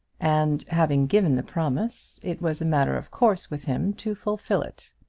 and, having given the promise, it was a matter of course with him to fulfil it.